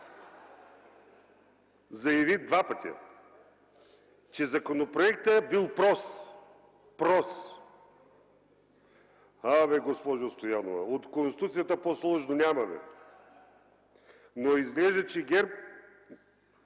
заяви два пъти, че законопроектът бил прост. Прост! Госпожо Стоянова, от Конституцията по-сложно няма! Но изглежда, че ГЕРБ